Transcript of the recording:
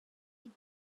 with